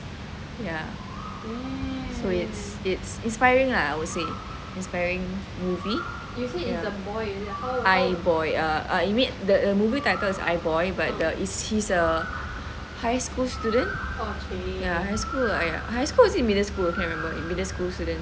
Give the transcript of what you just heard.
ya so it's it's inspiring lah I would say inspiring movie I boy the movie title is I boy but he is a high school student high school err high school is it middle school I can't remember okay middle school